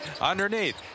Underneath